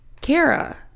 Kara